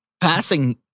Passing